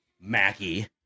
Mackie